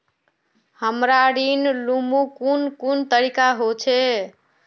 हमरा ऋण लुमू कुन कुन तरीका होचे?